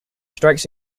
strikes